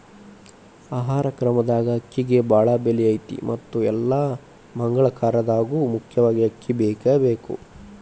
ಆಹಾರ ಕ್ರಮದಾಗ ಅಕ್ಕಿಗೆ ಬಾಳ ಬೆಲೆ ಐತಿ ಮತ್ತ ಎಲ್ಲಾ ಮಗಳ ಕಾರ್ಯದಾಗು ಮುಖ್ಯವಾಗಿ ಅಕ್ಕಿ ಬೇಕಬೇಕ